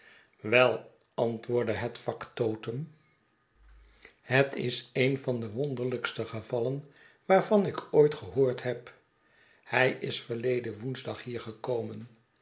van de wonderlijkste gevallen waarvan ik ooit gehoord heb hij is verleden woensdag hier gekomen